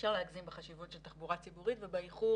אפשר להגזים בחשיבות של תחבורה ציבורית ובאיחור